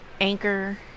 Anchor